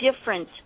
different